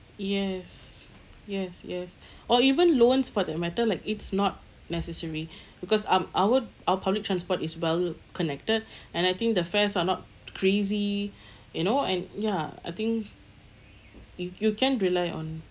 yes yes yes or even loans for that matter like it's not necessary because um our our public transport is well-connected and I think the fares are not crazy you know and ya I think you you can rely on